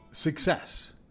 success